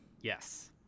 Yes